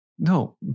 No